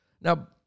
Now